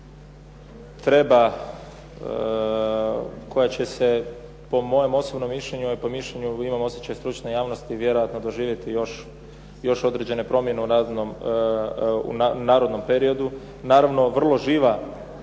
treba, koja će se po mojem osobnom mišljenju i po mišljenju imam osjećaj stručne javnosti vjerojatno doživjeti još određene promjene u narednom periodu. Naravno vrlo živa